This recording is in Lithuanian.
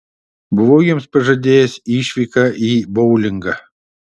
buvau jiems pažadėjęs išvyką į boulingą